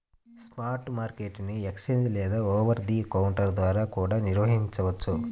spot market ని exchange లేదా over the counter ద్వారా కూడా నిర్వహించొచ్చు